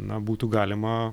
na būtų galima